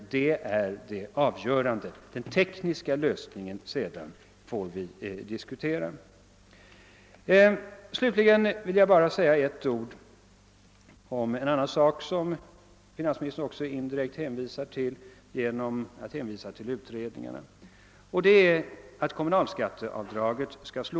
Det är det avgörande. Den tekniska lösningen får vi sedan diskutera. Sedan bara några ord också om en annan sak, som finansministern indirekt har hänvisat till genom sitt omnämnande av utredningarna, nämligen kommunalskatteavdragets slopande.